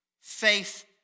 Faith